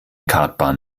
kartbahn